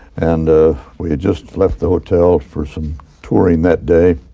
and ah we just left the hotel for some touring that day.